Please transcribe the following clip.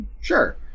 Sure